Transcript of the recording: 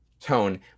tone